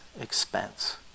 Expense